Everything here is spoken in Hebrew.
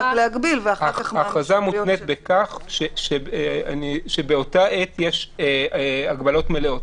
ההכרזה מותנית בכך שבאותה עת יש הגבלות מלאות.